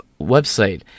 website